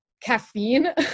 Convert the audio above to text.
caffeine